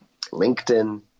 LinkedIn